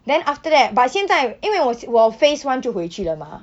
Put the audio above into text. then after that but 现在因为我先我 phase one 就回去了吗